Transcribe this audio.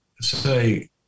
say